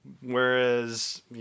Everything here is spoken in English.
whereas